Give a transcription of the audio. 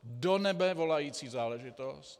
Do nebe volající záležitost!